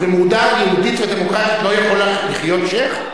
אז במדינה יהודית ודמוקרטית לא יכול לחיות שיח'?